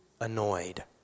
Annoyed